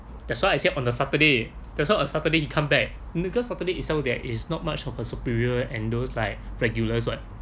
that's why I said on the saturday that's what uh saturday to come back because saturday itself there is not much of a superior and those like regulars [what]